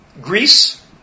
Greece